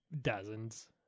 Dozens